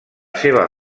seva